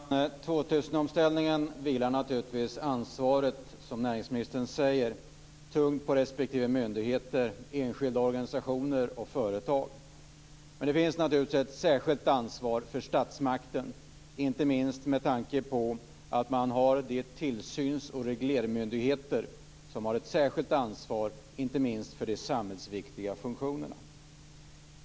Fru talman! Inför 2000-omställningen vilar naturligtvis ansvaret, som näringsministern säger, tungt på respektive myndigheter, enskilda organisationer och företag. Men det finns naturligtvis ett särskilt ansvar för statsmakten, inte minst med tanke på att man har de tillsyns och reglermyndigheter som har ett särskilt ansvar för de samhällsviktiga funktionerna.